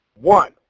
one